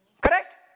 Correct